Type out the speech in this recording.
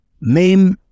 name